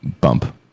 bump